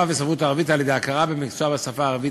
וספרות ערבית על-ידי הכרה במקצוע השפה הערבית,